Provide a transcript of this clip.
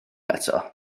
eto